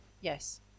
yes